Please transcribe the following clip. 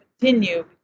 continue